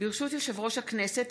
יושב-ראש הכנסת,